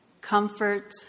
comfort